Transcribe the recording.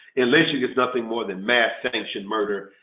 lynching is nothing more than mass sanctioned murder.